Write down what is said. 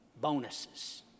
bonuses